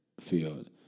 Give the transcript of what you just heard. field